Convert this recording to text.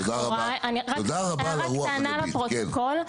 רק הערה קטנה לפרוטוקול: